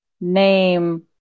name